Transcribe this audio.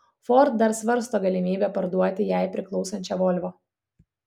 ford dar svarsto galimybę parduoti jai priklausančią volvo